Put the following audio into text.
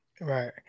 Right